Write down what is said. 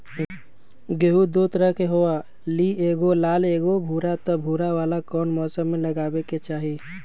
गेंहू दो तरह के होअ ली एगो लाल एगो भूरा त भूरा वाला कौन मौसम मे लगाबे के चाहि?